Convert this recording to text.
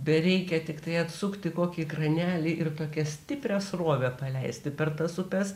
bereikia tiktai atsukti kokį kranelį ir tokią stiprią srovę paleisti per tas upes